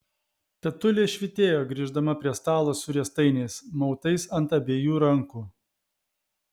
tetulė švytėjo grįždama prie stalo su riestainiais mautais ant abiejų rankų